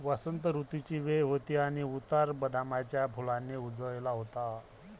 वसंत ऋतूची वेळ होती आणि उतार बदामाच्या फुलांनी उजळला होता